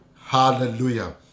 Hallelujah